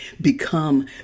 become